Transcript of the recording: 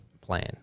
plan